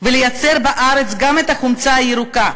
ולייצר בארץ גם את החומצה הירוקה,